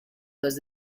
los